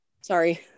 Sorry